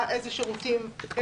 איזה שירותים.